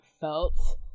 felt